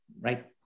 right